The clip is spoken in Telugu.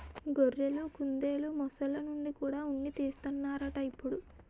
గొర్రెలు, కుందెలు, మొసల్ల నుండి కూడా ఉన్ని తీస్తన్నారట ఇప్పుడు